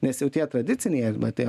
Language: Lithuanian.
nes jau tie tradiciniai arba tie